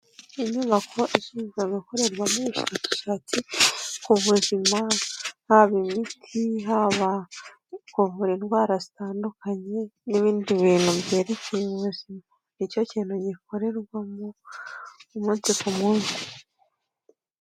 Inyubako ishinzwe gukorerwamo ubushakashatsi ku buzima, haba imiti, haba kuvura indwara zitandukanye n'ibindi bintu byerekeye ubuzima, nicyo kintu gikorerwamo umunsi ku munsi.